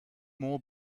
more